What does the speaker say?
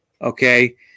Okay